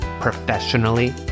professionally